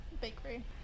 bakery